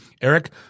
Eric